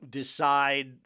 decide